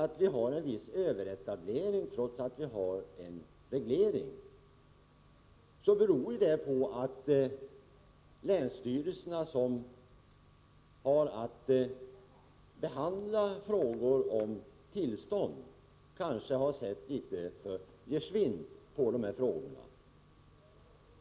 Att det förekommer en viss överetablering trots att vi har en reglering beror, Göran Riegnell, på att länsstyrelserna, som har att behandla frågorna om tillstånd, har sett litet för gesvint på de här frågorna.